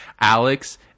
alex